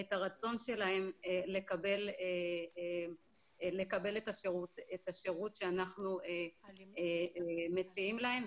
את הרצון שלהם לקבל את השירות שאנחנו מציעים להם.